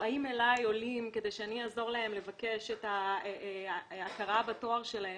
כשבאים אליי עולים כדי שאני אעזור להם לבקש את ההכרה בתואר שלהם,